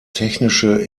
technische